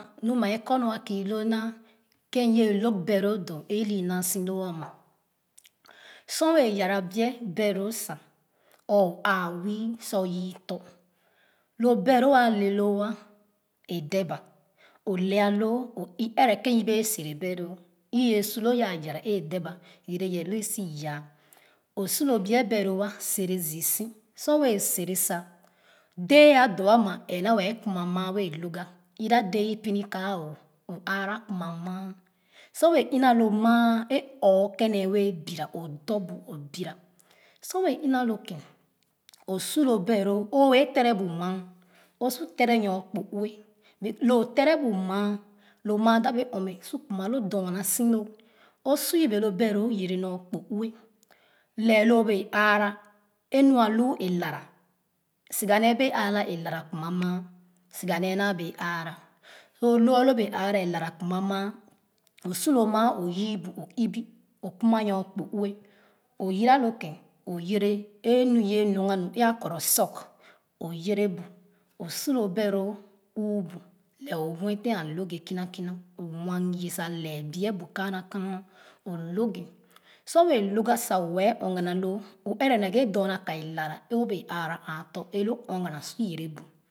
Nu mɛ kɔ nu’a kii loo na ken o uye log beloo doo e ihi naso loo ama sor wɛɛ yara bie beloo sa or aa wii sa yee tɔ lo beloo aa leloo e deba o lɛɛ loo o e o ɛrɛ ken i bee sere beloo i uje sor loo yaa yara e deba yere ye loo usii yaa osu lo bue beloola sere zii si sor wɛɛ sere sa dee a doo ama ɛɛ naa wo wɛɛ kima maa wɛɛ lorgor either dee i pini kaa o o aara kuma maa sor wɛɛ ina lo maa e ɔɔ ken nee wɛɛ bira o dorbu o bira sor wɛɛ ina loo ken o su lo beloo o wɛɛ dɛrɛ bu maa o su tɛrɛ nyo kpo ue be loo tɛrɛ bu maa lo maa da kje ɔmẹ kuma lo dorna si loo o su yebe lo beloo yere nyo kpo ue lɛh loo bee aara e nda lu adala suga nee bee aara e lala kima maa siganee naa bee aara so lo alo bee aara e lala kuma maa o su lo maa o yii bu o ibi o kuma njo kpo ue o yira lo ken o yere e nu owɛɛ log ga nu e-a kuro soak o yere bu o su mo beloo uuh bu lɛh o buefin a log ye kina kina onwang ye sa lɛɛh bie bu ka’ana kaana o log ye so wɛɛ log ga sa wɛɛ ɔɔgana loo o ɛrɛ naghɛ dorna ka elala e obee aara aa tɔ eloo nɔɔgana sur yere bu